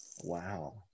wow